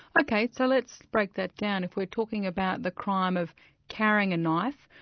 okay, so let's break that down. if we're talking about the crime of carrying a knife,